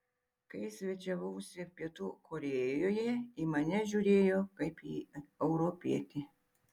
kai svečiavausi pietų korėjoje į mane žiūrėjo kaip į europietį